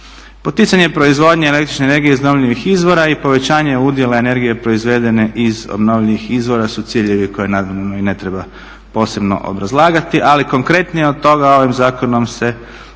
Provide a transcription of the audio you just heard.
Poticanje proizvodnje električne energije iz obnovljivih izvora i povećanje udjela energije proizvedene iz obnovljivih izvora su ciljevi koje naravno i ne treba posebno obrazlagati, ali konkretnije od toga ovim zakonom se